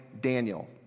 Daniel